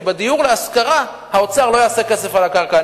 כי בדיור להשכרה, האוצר לא יעשה כסף על הקרקע.